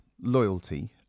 loyalty